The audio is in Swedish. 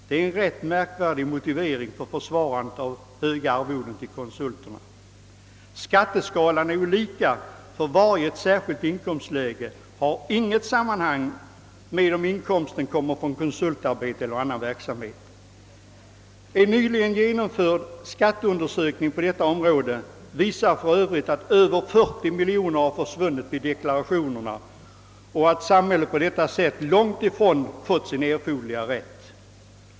Det är en rätt märkvärdig motivering för att försvara de höga arvodena till konsulterna! Skattesatsen är ju lika i varje särskilt inkomstläge och har inget sammanhang med om inkomsten kommer från konsuiltarbete eller annan verksamhet. En nyligen genomförd skatteundersökning på detta område visar för Öövrigt att över 40 miljoner kronor har försvunnit vid deklarationerna och att samhället på detta sätt långt ifrån har fått sin rätt.